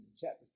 Chapter